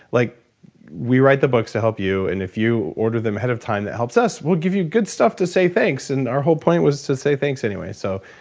like we write the books to help you and if you order them ahead of time it helps us and we'll give you good stuff to say thanks. and our whole point was to say thanks anyway so,